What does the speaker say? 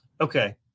Okay